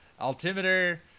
Altimeter